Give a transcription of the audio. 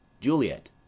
Juliet